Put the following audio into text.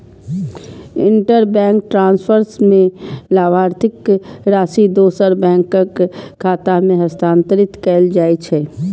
interbank transfer मे लाभार्थीक राशि दोसर बैंकक खाता मे हस्तांतरित कैल जाइ छै